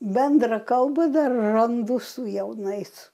bendrą kalbą dar randu su jaunais